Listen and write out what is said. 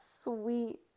Sweet